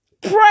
Pray